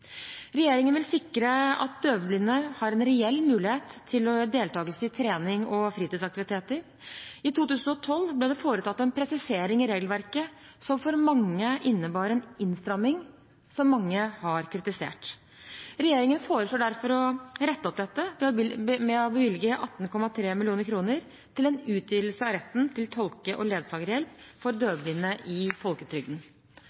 Regjeringen vil sikre at døvblinde har en reell mulighet til deltakelse i trening og fritidsaktiviteter. I 2012 ble det foretatt en presisering i regelverket som for mange innebar en innstramming som mange har kritisert. Regjeringen foreslår derfor å rette opp dette ved å bevilge 18,3 mill. kr til en utvidelse av retten til tolke- og ledsagerhjelp for